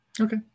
Okay